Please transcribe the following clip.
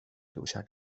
留下